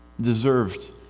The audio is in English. deserved